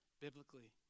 biblically